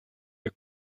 der